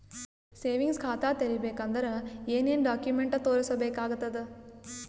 Savings ಖಾತಾ ತೇರಿಬೇಕಂದರ ಏನ್ ಏನ್ಡಾ ಕೊಮೆಂಟ ತೋರಿಸ ಬೇಕಾತದ?